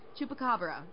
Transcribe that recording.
Chupacabra